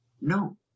No